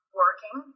working